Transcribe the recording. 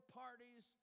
parties